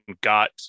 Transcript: got